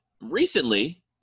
recently